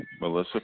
Melissa